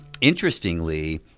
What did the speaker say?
interestingly